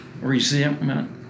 resentment